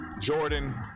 Jordan